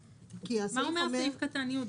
מה אומר סעיף קטן (י)?